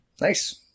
Nice